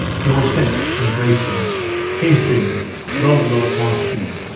dorset, embrace him hastings, love lord marquis.